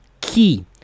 key